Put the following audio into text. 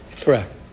Correct